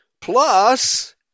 plus